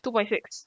two point six